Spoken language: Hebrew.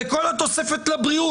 וכל התוספת לבריאות,